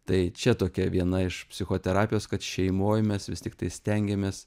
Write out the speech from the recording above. tai čia tokia viena iš psichoterapijos kad šeimoj mes vis tiktai stengiamės